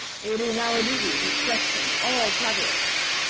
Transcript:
it is our duty to question all travellers,